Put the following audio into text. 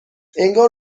انگار